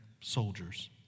soldiers